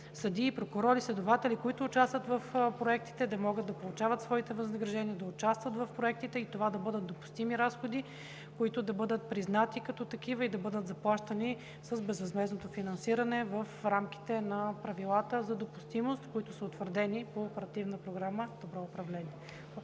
съдии, прокурори, следователи, които участват в проектите, да могат да получават своите възнаграждения, да участват в проектите и това да бъдат допустими разходи, които да бъдат признати като такива и да бъдат заплащани с безвъзмездното финансиране в рамките на правилата за допустимост, утвърдени по Оперативна програма „Добро управление“.